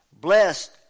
Blessed